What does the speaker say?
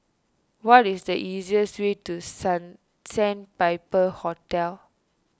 what is the easiest way to Sandpiper Hotel